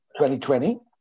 2020